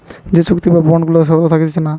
যে চুক্তি বা বন্ড গুলাতে শর্ত থাকতিছে না